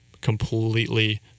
completely